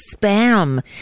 spam